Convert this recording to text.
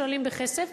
שעולים כסף,